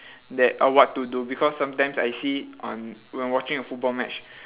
that uh what to do because sometimes I see on when watching a football match